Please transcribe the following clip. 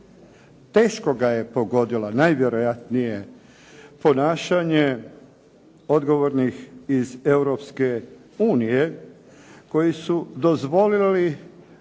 Teško ga je pogodila najvjerojatnije ponašanje odgovornih iz Europske unije koji su dozvolili